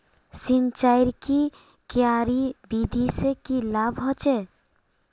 सिंचाईर की क्यारी विधि से की लाभ होचे?